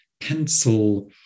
pencil